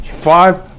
five